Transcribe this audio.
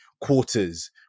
quarters